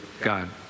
God